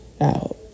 out